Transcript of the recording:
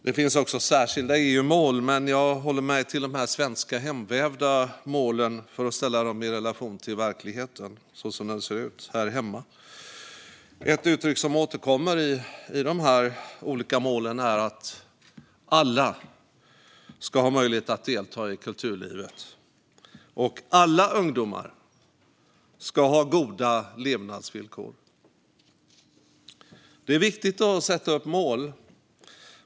Det finns också särskilda EU-mål, men jag håller mig till de svenska, hemvävda målen för att ställa dem i relation till verkligheten så som den ser ut här hemma. Ett uttryck som återkommer i de olika målen är att alla ska ha möjlighet att delta i kulturlivet och att alla ungdomar ska ha goda levnadsvillkor. Det är viktigt att sätta upp mål.